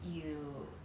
you